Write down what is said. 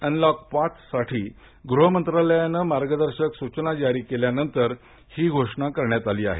unlock पाच साठी गृहमंत्रालयानं मार्गदर्शक सूचना जारी केल्यानंतर ही घोषणा करण्यात आली आहे